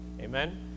Amen